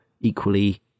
equally